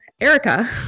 erica